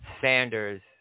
Sanders